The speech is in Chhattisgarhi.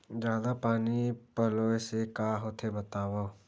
जादा पानी पलोय से का होथे बतावव?